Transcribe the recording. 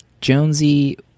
Jonesy